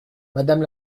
madame